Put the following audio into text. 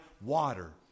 water